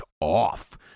off